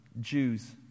Jews